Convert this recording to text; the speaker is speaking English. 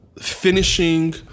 finishing